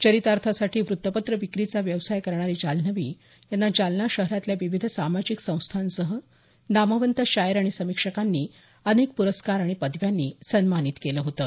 चरितार्थासाठी व्रत्तपत्र विक्रीचा व्यवसाय करणारे जाल्हनवी यांना जालना शहरातल्या विविध सामाजिक संस्थांसह नामवंत शायर आणि समीक्षकांनी अनेक प्रस्कार आणि पदव्यांनी सन्मानित केलं होतं